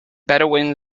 bedouin